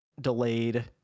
Delayed